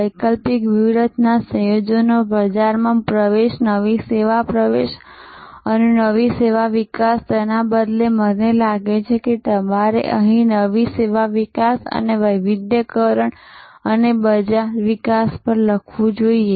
વૈકલ્પિક વ્યૂહરચના સંયોજનો બજારમાં પ્રવેશ નવી સેવા પ્રવેશ અને નવી સેવા વિકાસ તેના બદલે મને લાગે છે કે તમારે અહીં નવી સેવા વિકાસ અને વૈવિધ્યકરણ અને બજાર વિકાસ લખવો જોઈએ